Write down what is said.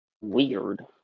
Weird